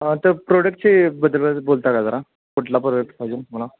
हां त्या प्रोडक्टचे बद्दलच बोलता का जरा कुठला प्रोडक्ट पाहिजे तुम्हाला